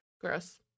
gross